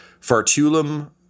Fartulum